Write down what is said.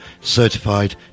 Certified